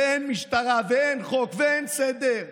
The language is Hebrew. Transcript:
ואין משטרה ואין חוק ואין סדר.